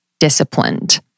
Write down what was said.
Disciplined